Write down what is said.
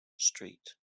street